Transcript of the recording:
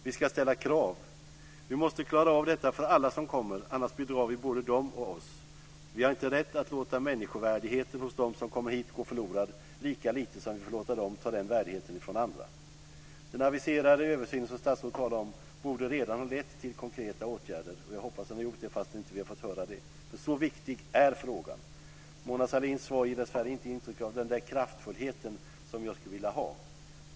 Vi ska ställa krav, och vi måste klara detta för alla som kommer. Annars bedrar vi både dem och oss. Vi har inte rätt att låta människovärdet hos dem som kommer hit gå förlorat, lika lite som vi ska låta dem ta människovärdet från andra. Den översyn som statsrådet aviserar borde redan ha lett till konkreta åtgärder. Jag hoppas att den har gjort det, även om vi inte har fått höra det. Så viktig är frågan. Mona Sahlins svar ger dessvärre inte intryck av den kraftfullhet som jag skulle vilja se.